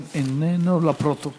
מי שלא עושה לא טועה.